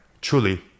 truly